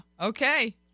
Okay